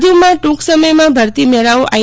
વધુમાં ટુંક સમયમાં ભરતી મેળાઓ આઇ